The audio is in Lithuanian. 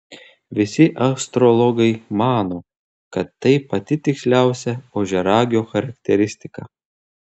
visi astrologai mano kad tai pati tiksliausia ožiaragio charakteristika